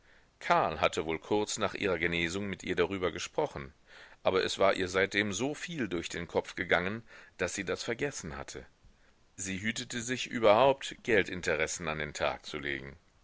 karl hatte wohl kurz nach ihrer genesung mit ihr darüber gesprochen aber es war ihr seitdem so viel durch den kopf gegangen daß sie das vergessen hatte sie hütete sich überhaupt geldinteressen an den tag zu legen